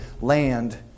land